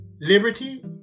liberty